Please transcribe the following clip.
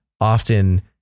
often